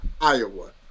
Iowa